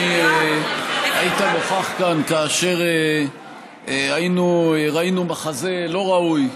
אתה היית נוכח כאן כאשר ראינו מחזה לא ראוי,